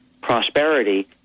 prosperity